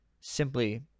simply